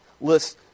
lists